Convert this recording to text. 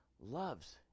loves